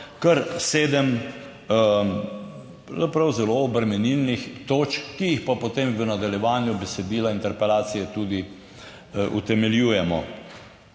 pravzaprav zelo obremenilnih točk, ki jih pa potem v nadaljevanju besedila interpelacije tudi utemeljujemo.